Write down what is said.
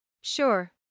Sure